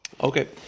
Okay